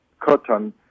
cotton